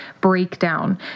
breakdown